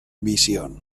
visión